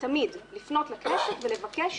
תמיד לפנות לכנסת ולבקש